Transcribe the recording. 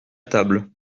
table